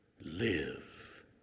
live